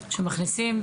שמכנסים,